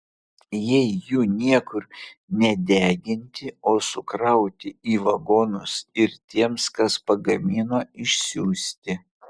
jei jų niekur nedeginti o sukrauti į vagonus ir tiems kas pagamino išsiųsti